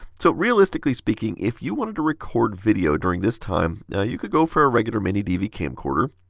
so realistically speaking, if you wanted to record video during this time yeah you could go for a regular mini-dv camcorder.